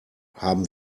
haben